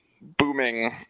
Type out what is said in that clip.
booming